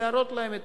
להראות להם את